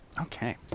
okay